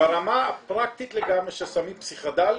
ברמה הפרקטית של סמים פסיכדליים,